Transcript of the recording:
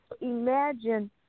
Imagine